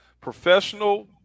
professional